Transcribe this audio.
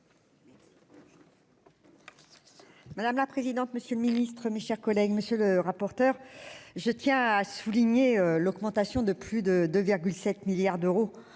Madame la présidente, monsieur le ministre, mes chers collègues, je tiens à souligner l'augmentation de plus de 2,7 milliards d'euros